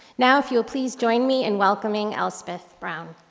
now if you'll please join me in welcoming elspeth brown.